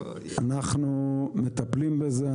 אנחנו מטפלים בזה.